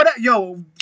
Yo